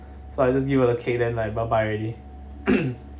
so I just give her the cake then bye bye already